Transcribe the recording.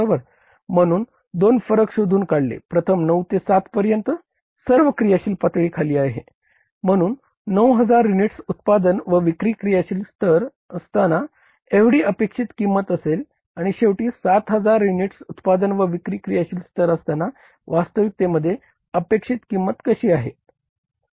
म्हणून दोन फरक शोधून काढले प्रथम 9 ते 7 पर्यंत सर्व क्रियाशील पातळी खाली आली आहे म्हणून 9000 युनिट्स उत्पादन व विक्री क्रियाशील स्तर असताना एवढी अपेक्षित किंमत असेल आणि शेवटी 7000 युनिट्स उत्पादन व विक्री क्रियाशील स्तर असताना वास्तविकतेमध्ये अपेक्षित किंमत कशी असेल